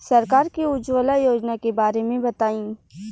सरकार के उज्जवला योजना के बारे में बताईं?